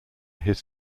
his